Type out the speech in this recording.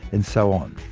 and so on.